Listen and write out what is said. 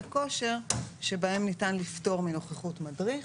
כושר שבהם ניתן לפטור מנוכחות מדריך.